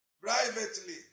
privately